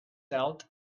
out